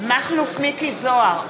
מיקי זוהר,